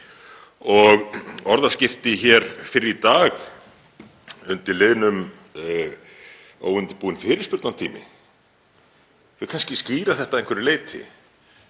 Orðaskipti hér fyrr í dag undir liðnum óundirbúinn fyrirspurnatími kannski skýra þetta að einhverju leyti.